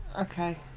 Okay